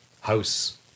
house